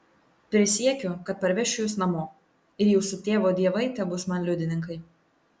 prisiekiu kad parvešiu jus namo ir jūsų tėvo dievai tebus man liudininkai